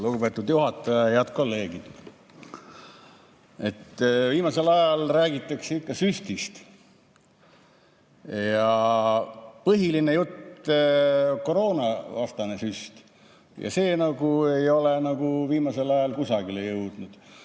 Lugupeetud juhataja! Head kolleegid! Viimasel ajal räägitakse ikka süstist. Ja põhiline jutt on koroonavastasest süstist. See ei ole nagu viimasel ajal kusagile jõudnud,